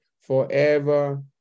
forever